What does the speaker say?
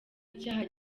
icyaha